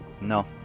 No